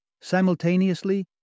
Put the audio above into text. Simultaneously